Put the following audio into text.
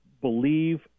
believe